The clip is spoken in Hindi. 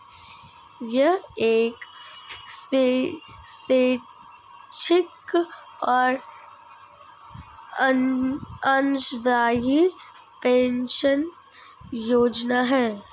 यह एक स्वैच्छिक और अंशदायी पेंशन योजना है